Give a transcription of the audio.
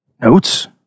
Notes